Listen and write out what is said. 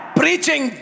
preaching